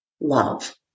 love